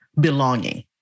belonging